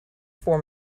form